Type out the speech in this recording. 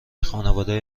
خانواده